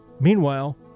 Meanwhile